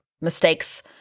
mistakes